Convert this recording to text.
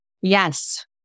Yes